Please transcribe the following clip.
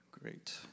Great